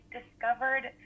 discovered